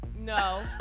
No